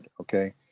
okay